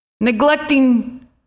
neglecting